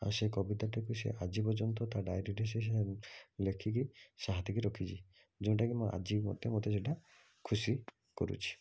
ଆଉ ସେ କବିତାଟିକୁ ସେ ଆଜି ପର୍ଯ୍ୟନ୍ତ ତା ଡ଼ାଇରୀରେ ସେ ଲେଖିକି ସାଇତିକି ରଖିଛି ଯେଉଁଟାକି ଆଜି ମୋତେ ସେଇଟା ଖୁସି କରୁଛି